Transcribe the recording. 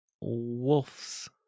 Wolves